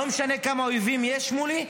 לא משנה כמה אויבים יש מולי,